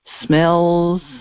smells